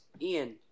Ian